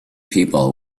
people